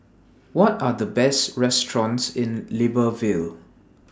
What Are The Best restaurants in Libreville